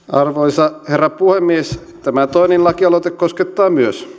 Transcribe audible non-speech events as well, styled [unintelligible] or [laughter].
[unintelligible] arvoisa herra puhemies tämä toinen laki aloite koskettaa